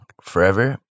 forever